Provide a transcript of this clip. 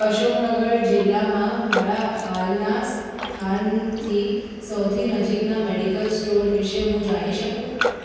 અશોકનગર જિલ્લામાં મારા હાલના સ્થાનથી સૌથી નજીકના મેડિકલ સ્ટોર વિશે હું જાણી શકું